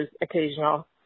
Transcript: occasional